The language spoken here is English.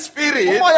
Spirit